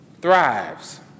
thrives